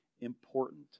important